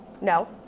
No